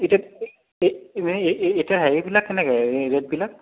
এতিয়া এতিয়া হেৰিবিলাক কেনেকৈ ৰেটবিলাক